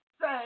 say